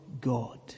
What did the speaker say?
God